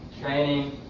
training